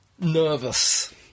nervous